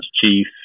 chief